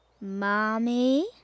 Mommy